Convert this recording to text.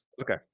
Okay